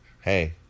Hey